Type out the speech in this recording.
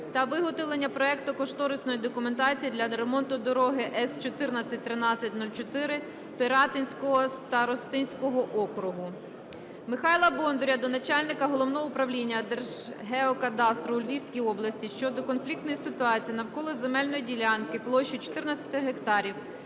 та виготовлення проектно-кошторисної документації для ремонту дороги С 141304 Пиратинського старостинського округу. Михайла Бондаря до начальника Головного управління Держгеокадастру у Львівській області щодо конфліктної ситуації навколо земельної ділянки площею 14 гектарів